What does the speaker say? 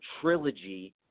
trilogy